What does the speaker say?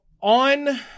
on